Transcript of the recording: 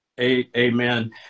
Amen